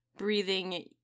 Breathing